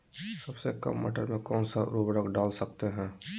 सबसे काम मटर में कौन सा ऊर्वरक दल सकते हैं?